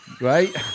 right